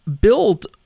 build